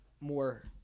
more